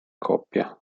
coppia